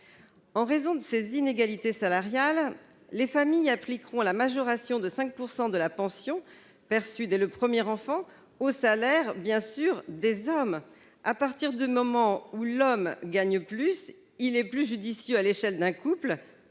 En raison de ces inégalités salariales, les familles appliqueront la majoration de 5 % de la pension perçue dès le premier enfant au salaire des hommes, bien sûr. À partir du moment où l'homme gagne davantage, il est plus judicieux, d'un point